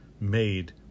made